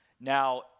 Now